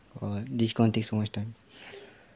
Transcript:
orh this is going to take so much time